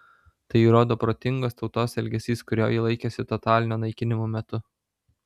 tai įrodo protingos tautos elgesys kurio ji laikėsi totalinio naikinimo metu